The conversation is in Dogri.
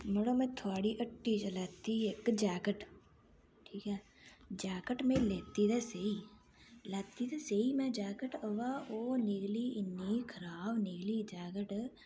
मड़ो में थुआड़ी हट्टी दा लैती इक जैकट ठीक ऐ जैकट में लैती ते सेही लैती ते सेही में जैकट अवा ओह् निकली इन्नी खराब निकली निकली जैकट